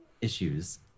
issues